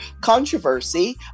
controversy